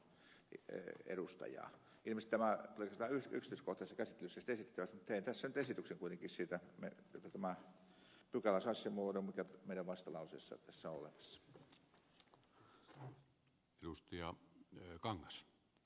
ilmeisesti tämä tulee yksityiskohtaisessa käsittelyssä sitten esitettäväksi mutta teen tässä nyt esityksen kuitenkin siitä jotta tämä pykälä saisi sen muodon mikä meidän vastalauseessamme tässä on olemassa